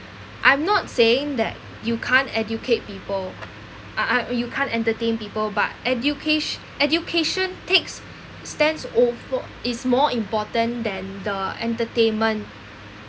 I'm not saying that you can't educate people I I you can't entertain people but educat~ education takes stance over is more important than the entertainment